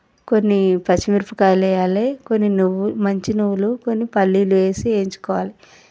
కొన్ని పచ్చిమిరపకాయలు వేయాలి కొన్ని నువ్వులు మంచి నువ్వులు వేయాలి పల్లీలు వేసి వేయించుకోవాలి